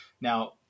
Now